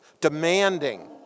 demanding